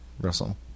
Russell